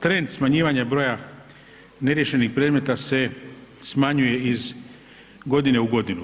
Trend smanjivanja broja neriješenih predmeta se smanjuje iz godine u godinu.